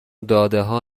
دادهها